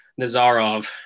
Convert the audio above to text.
Nazarov